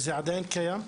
זה עדיין קיים?